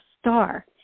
star